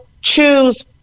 choose